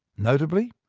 notably,